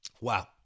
Wow